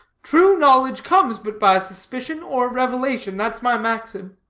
true knowledge comes but by suspicion or revelation. that's my maxim.